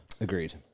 Agreed